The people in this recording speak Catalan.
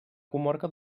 comarca